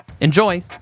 Enjoy